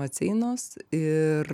maceinos ir